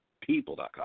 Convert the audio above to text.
People.com